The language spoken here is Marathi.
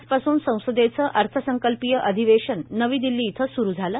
आजपासून संसदेचे अर्थसंकल्पीय अधिवेशनास नवी दिल्ली इथं सुरुवात झाली